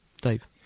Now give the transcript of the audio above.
Dave